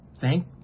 thank